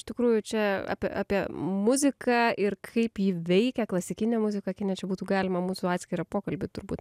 iš tikrųjų čia apie apie muziką ir kaip ji veikia klasikinė muzika kine čia būtų galima mūsų atskirą pokalbį turbūt